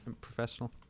professional